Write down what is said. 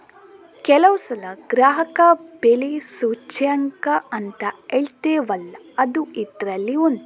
ಕೆಲವು ಸಲ ಗ್ರಾಹಕ ಬೆಲೆ ಸೂಚ್ಯಂಕ ಅಂತ ಹೇಳ್ತೇವಲ್ಲ ಅದೂ ಇದ್ರಲ್ಲಿ ಒಂದು